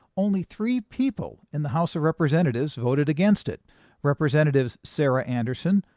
only three people in the house of representatives voted against it representatives sarah anderson,